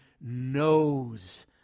knows